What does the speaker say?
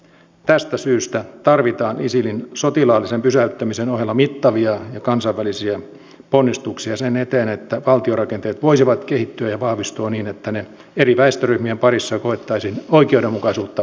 tästä syystä tarvitaan isilin sotilaallisen pysäyttämisen ohella mittavia ja kansainvälisiä ponnistuksia sen eteen että valtiorakenteet voisivat kehittyä ja vahvistua niin että ne eri väestöryhmien parissa koettaisiin oikeudenmukaisuutta vahvistavina